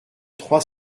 trois